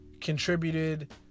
contributed